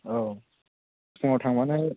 औ फुङाव थांब्लानो